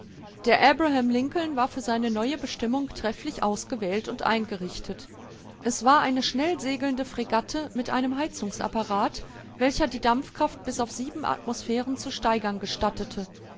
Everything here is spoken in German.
der abraham lincoln war für seine neue bestimmung trefflich ausgewählt und eingerichtet es war eine schnellsegelnde fregatte mit einem heizungsapparat welcher die dampfkraft bis auf sieben atmosphären zu steigern gestattete